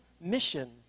mission